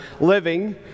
Living